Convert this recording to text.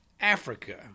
Africa